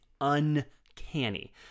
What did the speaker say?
uncanny